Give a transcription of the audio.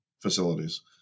Facilities